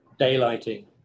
daylighting